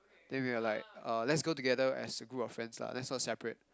then we were like uh let's go together as a group of friends lah let's not separate